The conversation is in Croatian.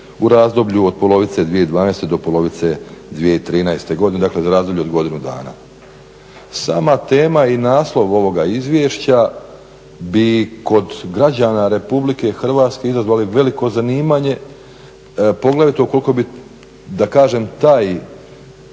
u razdoblju od polovice 2012. do polovice 2013. godine. Dakle, za razdoblje od godinu dana. Sama tema i naslov ovoga izvješća bi kod građana Republike Hrvatske izazvali veliko zanimanje poglavito ukoliko bi da kažem ta